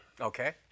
Okay